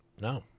No